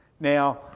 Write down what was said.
Now